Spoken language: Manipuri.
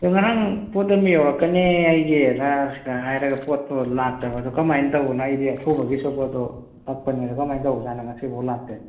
ꯑꯣ ꯉꯔꯥꯡ ꯄꯣꯠ ꯑꯃ ꯌꯧꯔꯛꯀꯅꯤ ꯑꯩꯒꯤꯅ ꯁꯤꯗ ꯍꯥꯏꯔꯒ ꯄꯣꯠꯇꯣ ꯂꯥꯛꯇꯕ ꯑꯗꯣ ꯀꯃꯥꯏꯅ ꯇꯧꯕꯅꯣ ꯑꯩꯗꯤ ꯑꯊꯨꯕꯒꯤꯁꯨ ꯄꯣꯠꯇꯣ ꯀꯛꯄꯅꯦ ꯑꯗꯣ ꯀꯃꯥꯏꯅ ꯇꯧꯕꯖꯥꯠꯅꯣ ꯉꯁꯤ ꯐꯥꯎ ꯂꯥꯛꯇꯦ